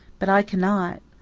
but i cannot.